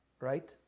right